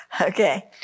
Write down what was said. Okay